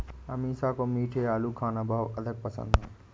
अमीषा को मीठे आलू खाना बहुत अधिक पसंद है